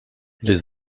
les